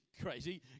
crazy